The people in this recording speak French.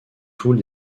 tout